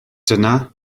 dyna